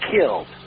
killed